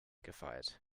gefeit